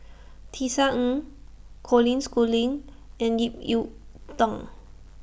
Tisa Ng Colin Schooling and Ip Yiu Tung